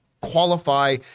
qualify